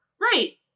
right